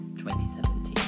2017